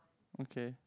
okay